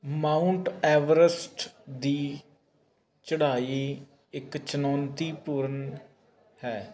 Mount Everest ਦੀ ਚੜ੍ਹਾਈ ਇੱਕ ਚੁਣੌਤੀਪੂਰਨ ਹੈ